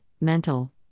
mental